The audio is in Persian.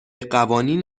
قوانین